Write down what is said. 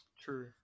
True